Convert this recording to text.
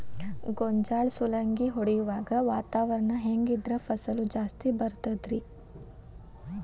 ಗೋಂಜಾಳ ಸುಲಂಗಿ ಹೊಡೆಯುವಾಗ ವಾತಾವರಣ ಹೆಂಗ್ ಇದ್ದರ ಫಸಲು ಜಾಸ್ತಿ ಬರತದ ರಿ?